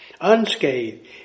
unscathed